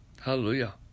Hallelujah